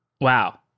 Wow